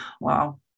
wow